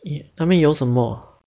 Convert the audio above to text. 那边有什么